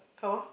how ah